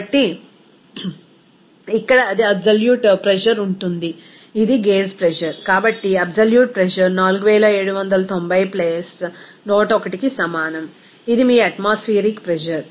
కాబట్టి ఇక్కడ అది అబ్సోల్యూట్ ప్రెజర్ ఉంటుంది ఇది గేజ్ ప్రెజర్ కాబట్టి అబ్సోల్యూట్ ప్రెజర్ 4790 101కి సమానం ఇది మీ అట్మాస్ఫియరిక్ ప్రెజర్